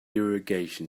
irrigation